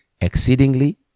exceedingly